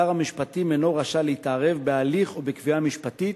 שר המשפטים אינו רשאי להתערב בהליך או בקביעה משפטית,